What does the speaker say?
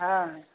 हाँ